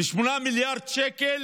ו-8 מיליארד שקל